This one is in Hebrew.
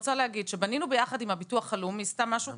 בנינו ביחד עם הביטוח הלאומי מודל